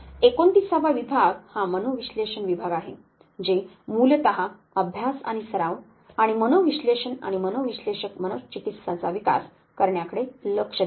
39 वा विभाग हा मनोविश्लेषण विभाग आहे जे मूलतः अभ्यास आणि सराव आणि मनोविश्लेषण आणि मनोविश्लेषक मनोचिकित्साचा विकास करण्याकडे लक्ष देते